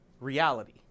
reality